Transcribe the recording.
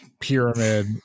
pyramid